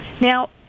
Now